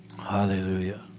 Hallelujah